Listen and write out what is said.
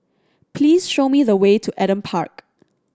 please show me the way to Adam Park